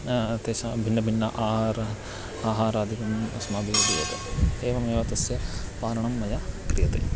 तेषां भिन्नभिन्न आहार आहारादिकम् अस्माभिः द्रियते एवमेव तस्य पालनं मया क्रियते